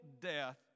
death